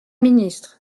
ministre